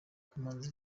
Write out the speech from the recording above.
kamanzi